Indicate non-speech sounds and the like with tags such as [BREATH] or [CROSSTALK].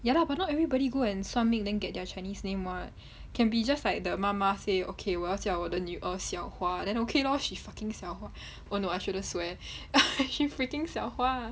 ya lah but not everybody go and 算命 then get their chinese name [what] [BREATH] can be just like the 妈妈 say okay 我要叫我的女儿小华 then okay lor she fucking 小华 oh no I shouldn't swear [LAUGHS] actually freaking 小花